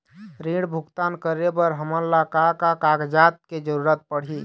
ऋण भुगतान करे बर हमन ला का का कागजात के जरूरत पड़ही?